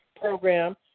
program